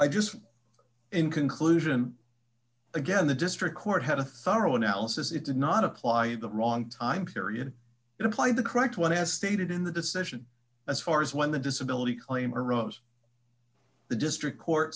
i just in conclusion again the district court had a thorough analysis it did not apply in the wrong time period and apply the correct one as stated in the decision as far as when the disability claim arose the district court